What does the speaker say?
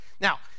Now